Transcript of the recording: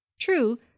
true